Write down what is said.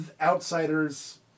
outsiders